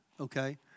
okay